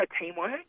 teamwork